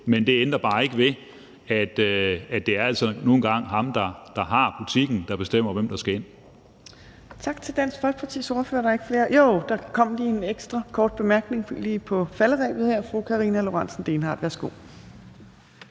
Men det ændrer bare ikke ved, at det altså nu engang er ham, der har butikken, der bestemmer, hvem der skal ind.